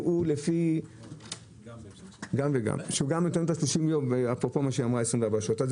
גם נותן את ה-30 יום אפרופו מה שהיא אמרה על 24 שעות.